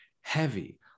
heavy